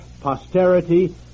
posterity